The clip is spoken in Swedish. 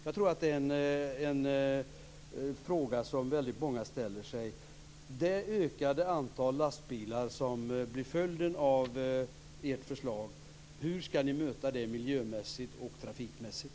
Jag tror att det är en fråga som många ställer sig. Hur ska ni möta det ökade antal lastbilar som blir följden av ert förslag, miljömässigt och trafikmässigt?